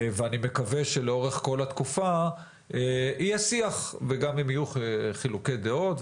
ואני מקווה שלאורך כל התקופה יהיה שיח וגם אם יהיו חילוקי דעות,